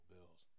Bills